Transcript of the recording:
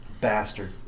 Bastard